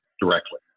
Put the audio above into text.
directly